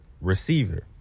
receiver